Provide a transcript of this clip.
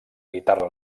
guitarra